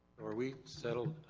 are we settled.